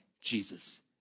Jesus